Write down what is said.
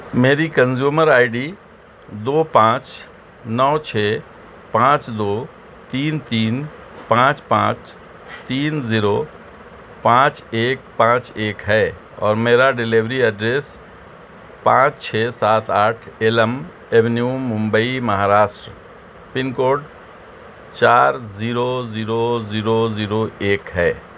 میری consumer I D دو پانچ نو چھ پانچ دو تین تین پانچ پانچ تین زیرو پانچ ایک پانچ ایک ہے اور میرا ڈیلیوری ایڈریس پانچ چھ سات آٹھ Elm avenue Mumbai Maharashtra pincode چار زیرو زیرو زیرو زیرو ایک ہے